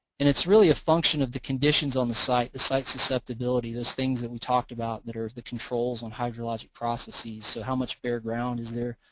and it's really a function of the conditions on the site, the site susceptibility, those things that we talked about that are the controls on hydrologic processes. so how much bare ground is there?